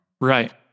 Right